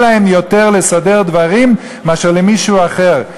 להם יותר לסדר דברים מאשר למישהו אחר.